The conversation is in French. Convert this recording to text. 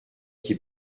qui